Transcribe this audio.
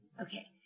Okay